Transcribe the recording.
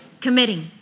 Committing